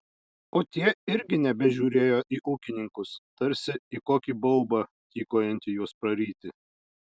o tie irgi nebežiūrėjo į ūkininkus tarsi į kokį baubą tykojantį juos praryti